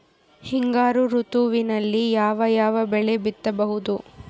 ಹಿಂಗಾರು ಋತುವಿನಲ್ಲಿ ಯಾವ ಯಾವ ಬೆಳೆ ಬಿತ್ತಬಹುದು?